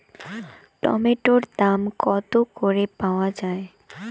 টমেটোর দাম কত করে পাওয়া যায়?